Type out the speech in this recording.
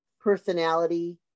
personality